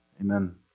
Amen